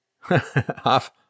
Half